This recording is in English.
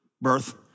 birth